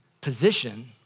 position